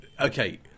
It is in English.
Okay